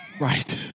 Right